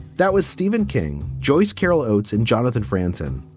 that was stephen king. joyce carol oates and jonathan franzen.